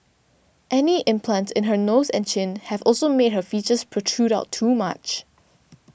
any implants in her nose and chin have also made her features protrude out too much